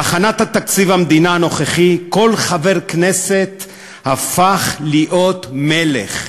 בהכנת תקציב המדינה הנוכחי כל חבר כנסת הפך להיות מלך.